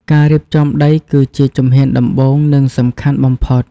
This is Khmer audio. ការរៀបចំដីគឺជាជំហានដំបូង និងសំខាន់បំផុត។